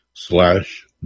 slash